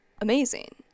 amazing